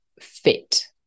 fit